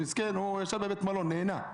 מסכן, הוא ישב בבית מלון, נהנה.